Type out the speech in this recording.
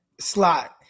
slot